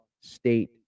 State